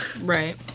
Right